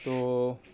তো